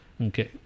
Okay